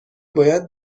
باید